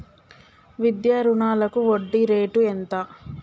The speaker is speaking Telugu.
విద్యా రుణాలకు వడ్డీ రేటు ఎంత?